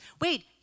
Wait